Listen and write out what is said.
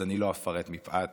אז אני לא אפרט מפאת